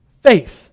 Faith